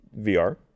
VR